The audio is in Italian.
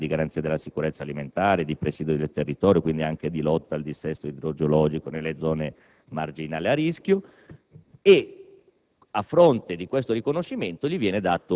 rispetto dell'ambiente, di benessere animale, di garanzia della sicurezza alimentare, di presidio del territorio, quindi anche di lotta al dissesto idrogeologico nelle zone marginali, a rischio)